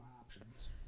options